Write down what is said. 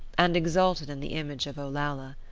and exulted in the image of olalla.